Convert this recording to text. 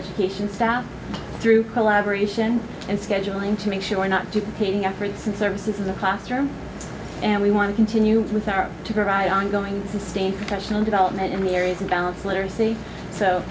education staff through collaboration and scheduling to make sure not to painting efforts and services in the classroom and we want to continue with our to provide ongoing sustained professional development in the areas of balance literacy so